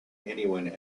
anyone